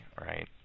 right